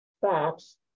facts